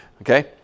Okay